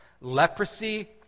Leprosy